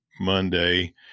Monday